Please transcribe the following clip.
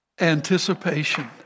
Anticipation